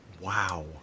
wow